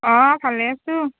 অঁ ভালে আছোঁ